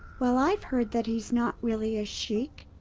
well i've heard that he's not really a sheik,